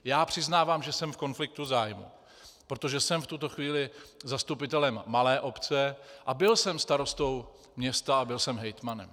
Já přiznávám, že jsem v konfliktu zájmů, protože jsem v tuto chvíli zastupitelem malé obce a byl jsem starostou města a byl jsem hejtmanem.